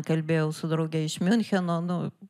kalbėjau su drauge iš miuncheno nu